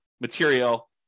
material